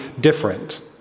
different